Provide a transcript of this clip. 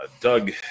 Doug